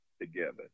together